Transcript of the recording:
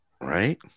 Right